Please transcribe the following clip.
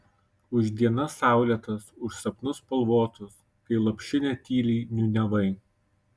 už dienas saulėtas už sapnus spalvotus kai lopšinę tyliai niūniavai